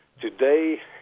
Today